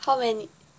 how man~